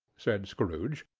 said scrooge.